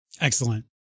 Excellent